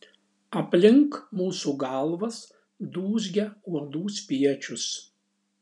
aplink mūsų galvas dūzgia uodų spiečius